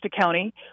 County